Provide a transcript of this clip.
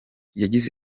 yagize